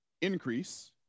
increase